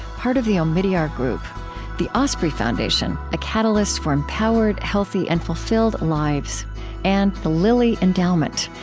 part of the omidyar group the osprey foundation a catalyst for empowered, healthy, and fulfilled lives and the lilly endowment,